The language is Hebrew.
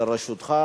לרשותך